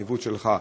בניווט שלך.